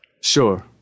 Sure